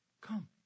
Come